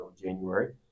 January